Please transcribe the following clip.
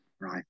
Right